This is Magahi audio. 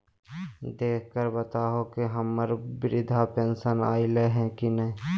देख कर बताहो तो, हम्मर बृद्धा पेंसन आयले है की नय?